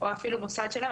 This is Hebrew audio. או אפילו מוסד שלם,